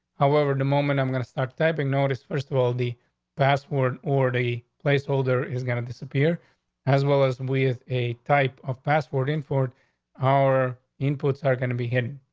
however, the moment i'm gonna start typing notice, first of all, the password or the place holder is gonna disappear as well as we have a type of password in for our imports are going to be here,